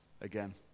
again